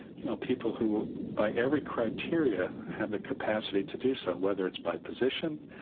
you know people who by every criteria have the capacity to do so, whether it's by position,